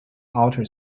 outer